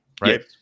right